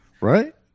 Right